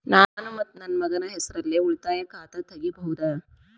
ನಾನು ಮತ್ತು ನನ್ನ ಮಗನ ಹೆಸರಲ್ಲೇ ಉಳಿತಾಯ ಖಾತ ತೆಗಿಬಹುದ?